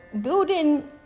building